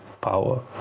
power